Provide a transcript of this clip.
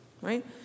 right